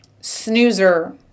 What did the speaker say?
snoozer